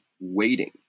waiting